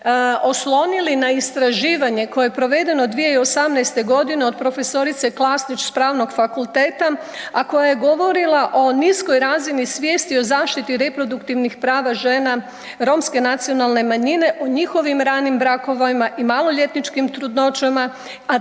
oslonili na istraživanje koje je provedeno 2018.g. od prof. Klasnić s pravnog fakulteta, a koja je govorila o niskoj razini svijesti o zaštiti reproduktivnih prava žena Romske nacionalne manjine u njihovim ranim brakovima i maloljetničkim trudnoćama,